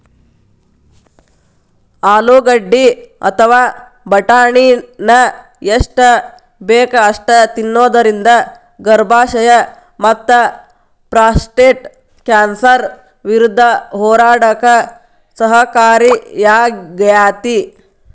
ಆಲೂಗಡ್ಡಿ ಅಥವಾ ಬಟಾಟಿನ ಎಷ್ಟ ಬೇಕ ಅಷ್ಟ ತಿನ್ನೋದರಿಂದ ಗರ್ಭಾಶಯ ಮತ್ತಪ್ರಾಸ್ಟೇಟ್ ಕ್ಯಾನ್ಸರ್ ವಿರುದ್ಧ ಹೋರಾಡಕ ಸಹಕಾರಿಯಾಗ್ಯಾತಿ